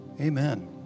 Amen